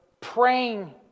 praying